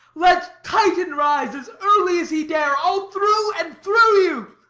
let titan rise as early as he dare, i'll through and through you.